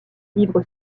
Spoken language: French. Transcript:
vivre